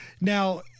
Now